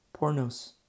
Pornos